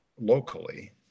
locally